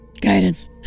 Guidance